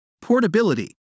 portability